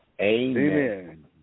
Amen